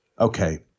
Okay